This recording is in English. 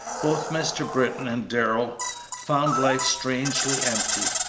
both mr. britton and darrell found life strangely empty.